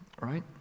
right